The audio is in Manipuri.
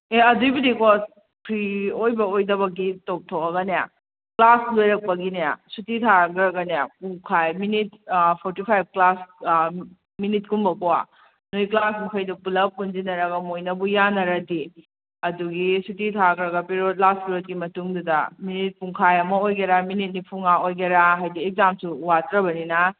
ꯑꯦ ꯑꯗꯨꯏꯕꯨꯗꯤꯀꯣ ꯐ꯭ꯔꯤ ꯑꯣꯏꯕ ꯑꯣꯏꯗꯕꯒꯤ ꯇꯣꯛꯊꯣꯛꯑꯒꯅꯦ ꯀ꯭ꯂꯥꯁ ꯂꯣꯏꯔꯛꯄꯒꯤꯅꯦ ꯁꯨꯇꯤ ꯊꯥꯔꯈ꯭ꯔꯒꯅꯦ ꯄꯨꯡꯈꯥꯏ ꯃꯤꯅꯤꯠ ꯐꯣꯔꯇꯤ ꯐꯥꯏꯚ ꯀ꯭ꯂꯥꯁ ꯃꯤꯅꯤꯠꯀꯨꯝꯕꯀꯣ ꯅꯣꯏ ꯀ꯭ꯂꯥꯁ ꯃꯈꯩꯗꯣ ꯄꯨꯜꯂꯞ ꯄꯨꯟꯁꯤꯟꯅꯔꯒ ꯃꯣꯏꯅꯕꯨ ꯌꯥꯅꯔꯗꯤ ꯑꯗꯨꯒꯤ ꯁꯨꯇꯤ ꯊꯥꯈ꯭ꯔꯒ ꯄꯦꯔꯣꯠ ꯂꯥꯁ ꯄꯦꯔꯣꯠꯀꯤ ꯃꯇꯨꯡꯗꯨꯗ ꯃꯤꯅꯤꯠ ꯄꯨꯡꯈꯥꯏ ꯑꯃ ꯑꯣꯏꯒꯦꯔꯥ ꯃꯤꯅꯤꯠ ꯅꯤꯐꯨꯃꯉꯥ ꯑꯣꯏꯒꯦꯔꯥ ꯍꯥꯏꯗꯤ ꯑꯦꯛꯖꯥꯝꯁꯨ ꯋꯥꯠꯇ꯭ꯔꯕꯅꯤꯅ